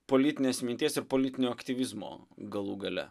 politinės minties ir politinio aktyvizmo galų gale